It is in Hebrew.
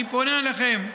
אני פונה אליכם,